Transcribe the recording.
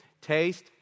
taste